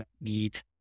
need